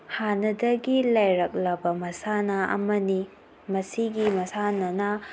ꯍꯥꯟꯅꯗꯒꯤ ꯂꯩꯔꯛꯂꯕ ꯃꯁꯥꯟꯅ ꯑꯃꯅꯤ ꯃꯁꯤꯒꯤ ꯃꯁꯥꯟꯅꯅ